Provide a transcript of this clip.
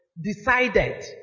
decided